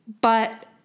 But-